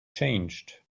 changed